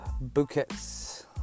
bouquets